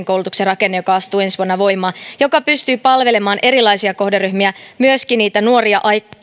koulutuksen rakenne joka astuu ensi vuonna voimaan ja joka pystyy palvelemaan erilaisia kohderyhmiä myöskin niitä nuoria